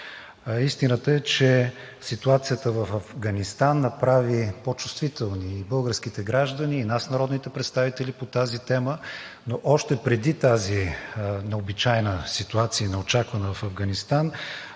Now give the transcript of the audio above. истината е, че ситуацията в Афганистан направи по чувствителни и българските граждани, и нас, народните представители, по тази тема. Още преди тази необичайна, неочаквана ситуация в Афганистан,